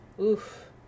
Oof